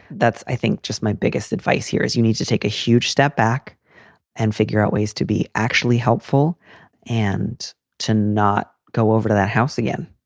that's i think just my biggest advice here is you need to take a huge step back and figure out ways to be actually helpful and to not go over to that house again